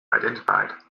identified